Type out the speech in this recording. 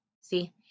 See